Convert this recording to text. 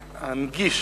להנגיש,